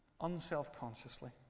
unselfconsciously